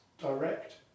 direct